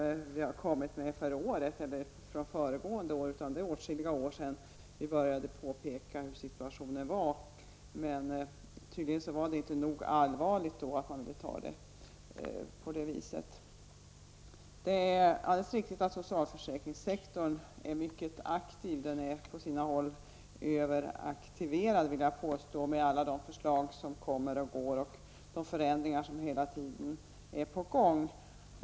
Det handlar alltså inte om något krav som vi har kommit med i år eller ens i fjol, utan det är åtskilliga år sedan vi började påtala dessa förhållanden. Tydligen har läget inte varit tillräckligt allvarligt för att man skulle uppfatta detta på avsett vis. Inom socialförsäkringssektorn är man, det är alldeles riktigt, mycket aktiv. På sina håll är denna sektor överaktiverad, skulle jag vilja påstå, med tanke på alla förslag som så att säga kommer och går och de förändringar som hela tiden är på gång.